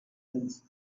prince